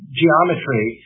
geometry